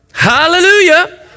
Hallelujah